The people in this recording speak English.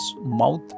mouth